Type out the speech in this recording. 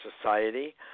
society